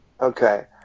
okay